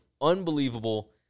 unbelievable